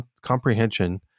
comprehension